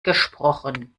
gesprochen